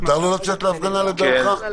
מותר לו לצאת להפגנה לדעתך?